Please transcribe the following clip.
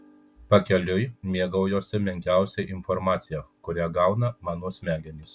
pakeliui mėgaujuosi menkiausia informacija kurią gauna mano smegenys